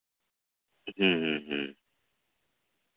ᱦᱮᱸ ᱦᱮᱸ ᱦᱮᱸ